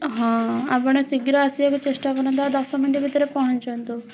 ହଁ ଆପଣ ଶୀଘ୍ର ଆସିବାକୁ ଚେଷ୍ଟା କରନ୍ତୁ ଆଉ ଦଶ ମିନିଟ୍ ଭିତରେ ପହଁଞ୍ଚନ୍ତୁ